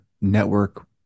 network